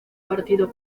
partido